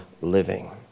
living